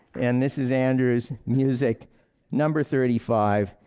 and this is andrew's music number thirty five.